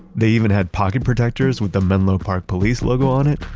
they even had pocket protectors with the menlo park police logo on it,